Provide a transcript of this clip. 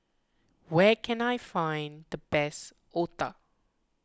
where can I find the best Otah